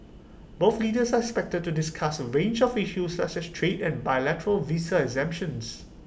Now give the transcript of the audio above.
both leaders are expected to discuss A range of issues such as trade and bilateral visa exemptions